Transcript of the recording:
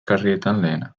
lehena